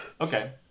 Okay